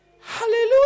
Hallelujah